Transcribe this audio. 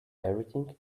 everything